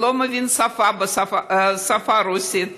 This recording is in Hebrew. שלא מבין את השפה הרוסית,